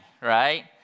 right